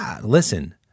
listen